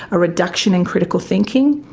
a reduction in critical thinking.